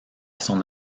son